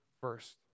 first